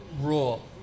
rule